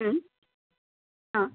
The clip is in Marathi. हं हां